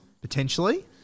potentially